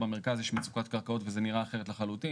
במרכז יש מצוקת קרקעות וזה נראה אחרת לחלוטין.